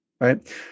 right